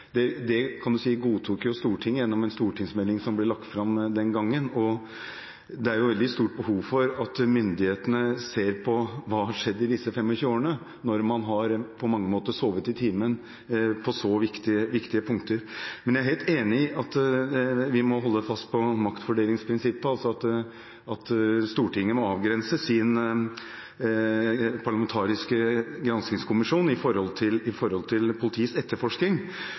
Det godtok, kan en si, Stortinget gjennom en stortingsmelding som ble lagt fram den gangen, og det er et veldig stort behov for at myndighetene ser på hva som har skjedd i løpet av disse 25 årene, når man på mange måter har sovet i timen når det gjelder så viktige punkter. Jeg er helt enig i at vi må holde fast ved maktfordelingsprinsippet, at Stortinget må avgrense sin parlamentariske granskningskommisjon i forhold til politiets etterforskning, men da denne debatten kom opp i